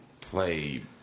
play